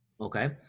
okay